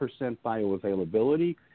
bioavailability